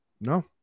no